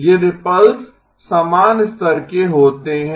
ये रिपल्स समान स्तर के होते हैं